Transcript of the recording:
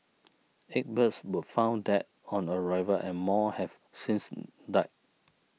eight birds were found dead on arrival and more have since died